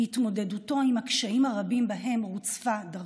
התמודדותו עם הקשיים הרבים שבהם רוצפה דרכו,